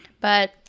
But-